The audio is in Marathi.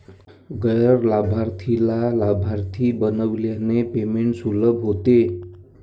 गैर लाभार्थीला लाभार्थी बनविल्याने पेमेंट सुलभ होते